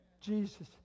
Jesus